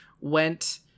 went